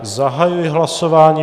Zahajuji hlasování.